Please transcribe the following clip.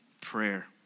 prayer